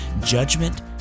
judgment